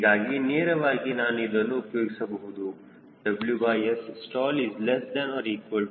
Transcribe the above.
ಹೀಗಾಗಿ ನೇರವಾಗಿ ನಾನು ಇದನ್ನು ಉಪಯೋಗಿಸಬಹುದು WSstall120